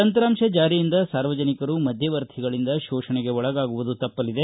ತಂತ್ರಾಂಶ ಜಾರಿಯಿಂದ ಸಾರ್ವಜನಿಕರು ಮಧ್ಯವರ್ತಿಗಳಿಂದ ಶೋಷಣೆಗೆ ಒಳಗಾಗುವುದು ತಪ್ಪಲಿದೆ